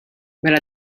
mela